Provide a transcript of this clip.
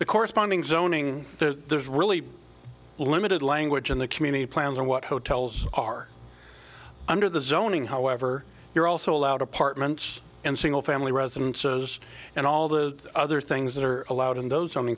the corresponding zoning there's really limited language in the community plans and what hotels are under the zoning however you're also allowed apartments and single family residences and all the other things that are allowed in those only